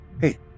Hey